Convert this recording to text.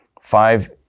Five